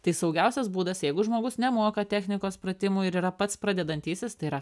tai saugiausias būdas jeigu žmogus nemoka technikos pratimų ir yra pats pradedantysis tai yra